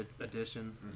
edition